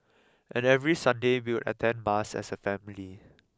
and every Sunday we'll attend mass as a family